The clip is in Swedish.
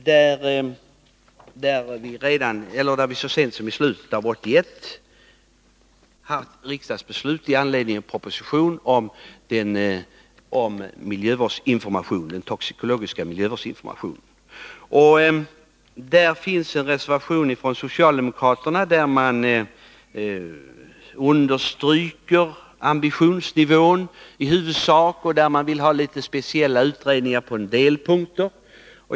Så sent som i slutet av 1981 4” fattade vi ett riksdagsbeslut med anledning av en proposition om toxikologisk miljövårdsinformation. Socialdemokraterna har här en reservation, där de i huvudsak understryker ambitionsnivån och där de vill ha speciella utredningar på en del punkter.